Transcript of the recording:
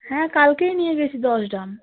হ্যাঁ কালকেই নিয়ে গেছি দশ ড্রাম